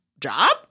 job